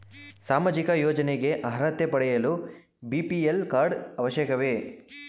ಸಾಮಾಜಿಕ ಯೋಜನೆಗೆ ಅರ್ಹತೆ ಪಡೆಯಲು ಬಿ.ಪಿ.ಎಲ್ ಕಾರ್ಡ್ ಅವಶ್ಯಕವೇ?